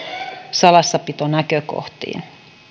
salassapitonäkökohtiin